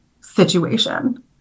situation